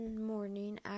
morning